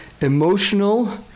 emotional